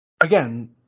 again